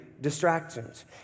distractions